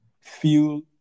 feel